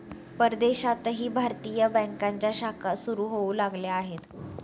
परदेशातही भारतीय बँकांच्या शाखा सुरू होऊ लागल्या आहेत